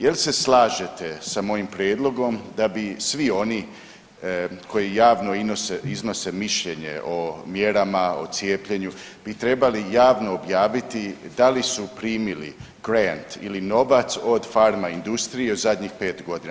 Jel se slažete sa mojim prijedlog da bi svi oni koji javno iznose mišljenje o mjerama o cijepljenu bi trebali javno objaviti da li su primili …/nerazumljivo/… ili novac od farma industrije zadnjih 5 godina.